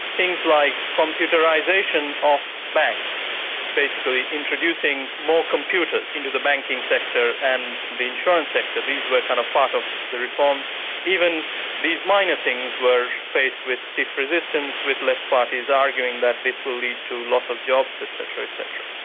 things like computerisation of banks basically introducing more computers into the banking sector and the insurance sector these were kind of part of the reforms even these minor things were faced with stiff resistance, with left parties arguing that this will lead to loss of jobs, et cetera, et cetera.